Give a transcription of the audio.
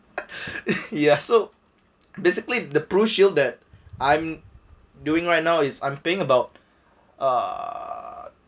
ya so basically the pru shield that I'm doing right now is I'm paying about uh